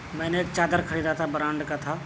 میں نے ایک چادر خریدا تھا برانڈ کا تھا